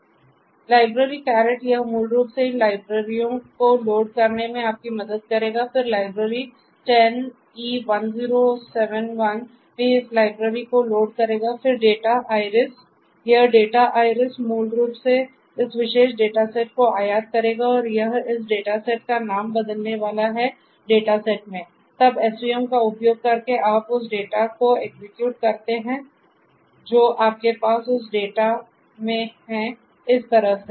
तो library caret यह मूल रूप से इन लाइब्रेरीओ को लोड करने में आपकी मदद करेगा फिर लाइब्रेरी ten e1071 भी इस लाइब्रेरी को लोड करेगा फिर डेटा आईरिस करते हैं जो आपके पास उस डेटा में है इस तरह से